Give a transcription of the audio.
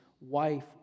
wife